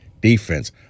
defense